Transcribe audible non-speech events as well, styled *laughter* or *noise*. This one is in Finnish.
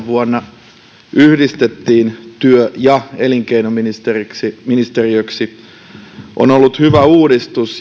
*unintelligible* vuonna kaksituhattakahdeksan yhdistettiin työ ja elinkeinoministeriöksi on ollut hyvä uudistus